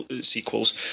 sequels